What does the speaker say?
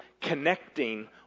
connecting